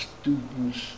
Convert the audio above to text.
students